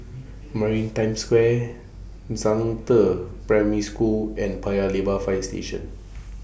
Maritime Square Zhangde Primary School and Paya Lebar Fire Station